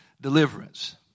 deliverance